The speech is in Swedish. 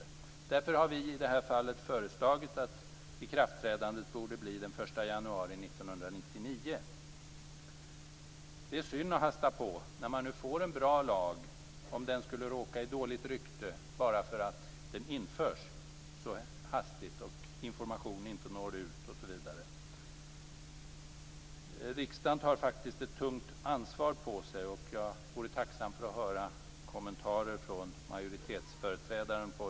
Av den anledningen har vi i det här fallet föreslagit att ikraftträdandet borde ske den 1 Det är synd att hasta på när man nu får en bra lag. Den skulle ju kunna råka i dåligt rykte bara för att den införs så hastigt och informationen inte når ut osv. Riksdagen tar faktiskt ett tungt ansvar på sig. Jag vore tacksam för kommentarer på denna punkt från majoritetsföreträdaren.